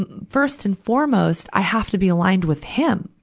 and first and foremost, i have to be aligned with him,